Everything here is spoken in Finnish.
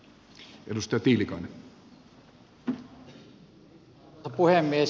arvoisa puhemies